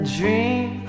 dream